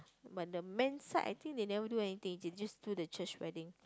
but the man I think they never do anything they just do the church wedding